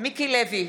מיקי לוי,